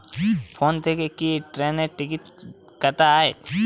Phone থেকে কি ট্রেনের টিকিট কাটা য়ায়?